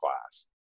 class